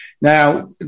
now